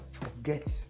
forget